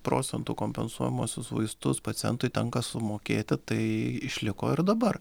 procentu kompensuojamuosius vaistus pacientui tenka sumokėti tai išliko ir dabar